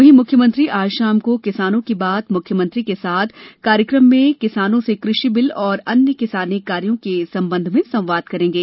वहीं मुख्यमंत्री आज शाम को किसानों की बात मुख्यमंत्री के साथ कार्यक्रम में किसानों से कृषि बिल एवं अन्य किसानी कार्यो के संबंध में संवाद करेंगे